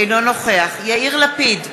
אינו נוכח יאיר לפיד,